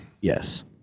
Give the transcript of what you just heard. Yes